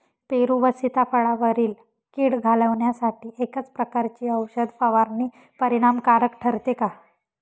पेरू व सीताफळावरील कीड घालवण्यासाठी एकाच प्रकारची औषध फवारणी परिणामकारक ठरते का?